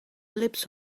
lips